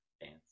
dance